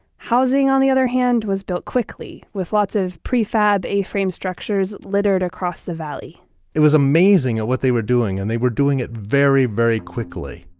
housing, on the other hand, was built quickly with lots of prefab a-frame structures littered across the valley it was amazing at what they were doing and they were doing it very, very quickly